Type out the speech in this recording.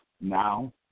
now